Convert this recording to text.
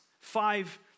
five